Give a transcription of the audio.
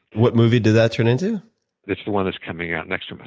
what movie did that turn into? it's the one that's coming out next